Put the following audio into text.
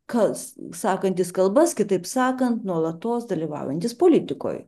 kas sakantis kalbas kitaip sakant nuolatos dalyvaujantis politikoj